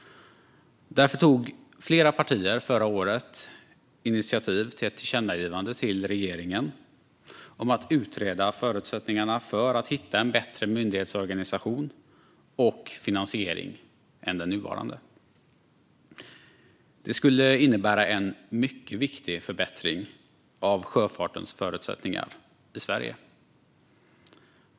Därför tog flera partier förra året initiativ till ett tillkännagivande till regeringen om att utreda förutsättningarna för att hitta en bättre myndighetsorganisation och finansiering än den nuvarande. Det skulle innebära en mycket viktig förbättring av sjöfartens förutsättningar i Sverige.